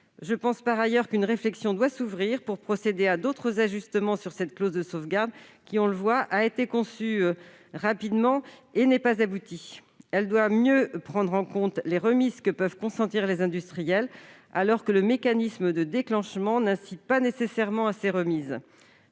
Je pense par ailleurs qu'une réflexion doit s'ouvrir pour procéder à d'autres ajustements sur cette clause de sauvegarde, qui, on le voit, a été conçue rapidement et n'est pas aboutie. Elle doit mieux prendre en compte les remises que peuvent consentir les industriels, alors que le mécanisme de déclenchement n'incite pas nécessairement à ces remises.